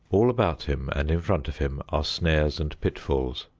all about him and in front of him are snares and pitfalls.